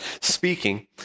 speaking